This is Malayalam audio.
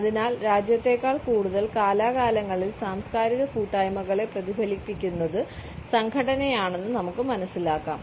അതിനാൽ രാജ്യത്തേക്കാൾ കൂടുതൽ കാലാകാലങ്ങളിൽ സാംസ്കാരിക കൂട്ടായ്മകളെ പ്രതിഫലിപ്പിക്കുന്നത് സംഘടനയാണെന്ന് നമുക്ക് മനസ്സിലാക്കാം